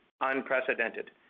unprecedented